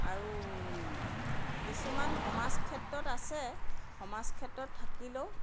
আৰু কিছুমান সমাজ ক্ষেত্ৰত আছে সমাজ ক্ষেত্ৰত থাকিলেও